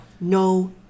No